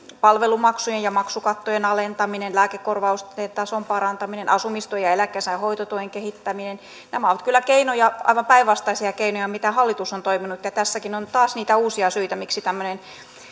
palvelumaksujen ja maksukattojen alentaminen lääkekorvausten tason parantaminen asumistuen ja eläkkeensaajan hoitotuen kehittäminen nämä ovat kyllä aivan päinvastaisia keinoja miten hallitus on toiminut tässäkin on taas niitä uusia syitä miksi tämmöinen